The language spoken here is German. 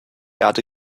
erde